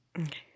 Okay